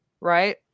right